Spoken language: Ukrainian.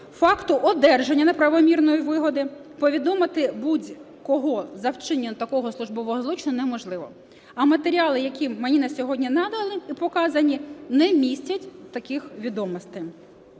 факту одержання неправомірної вигоди повідомити будь-кого за вчинення такого службового злочину неможливо. А матеріали, які мені на сьогодні надані, показані, не містять таких відомостей.